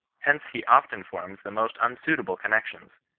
hence he often forms the most unsuitable connections,